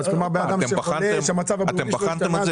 אתם בחנתם את זה